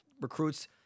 recruits